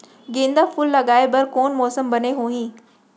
गेंदा फूल लगाए बर कोन मौसम बने होही?